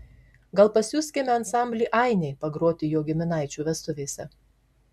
gal pasiųskime ansamblį ainiai pagroti jo giminaičių vestuvėse